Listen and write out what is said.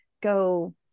go